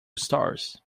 stars